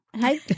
Hi